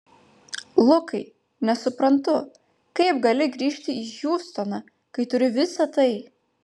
lukai nesuprantu kaip gali grįžti į hjustoną kai turi visa tai